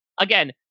again